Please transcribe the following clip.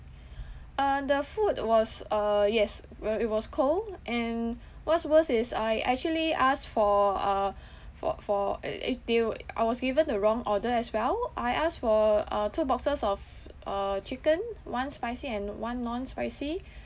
uh the food was uh yes well it was cold and what's worse is I actually asked for uh for for I was given the wrong order as well I asked for uh two boxes of uh chicken one spicy and one non spicy